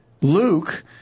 Luke